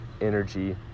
energy